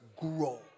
grow